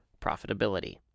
profitability